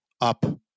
up